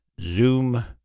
zoom